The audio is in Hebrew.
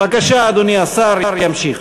בבקשה, אדוני השר ימשיך.